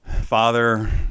father